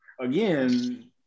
again